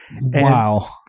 Wow